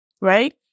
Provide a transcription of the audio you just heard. right